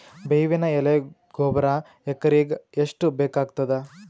ಬೇವಿನ ಎಲೆ ಗೊಬರಾ ಎಕರೆಗ್ ಎಷ್ಟು ಬೇಕಗತಾದ?